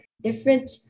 different